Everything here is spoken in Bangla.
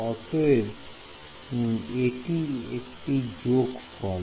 অতএব এটি একটি যোগফল